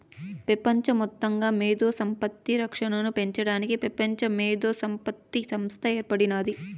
పెపంచ మొత్తంగా మేధో సంపత్తి రక్షనను పెంచడానికి పెపంచ మేధోసంపత్తి సంస్త ఏర్పడినాది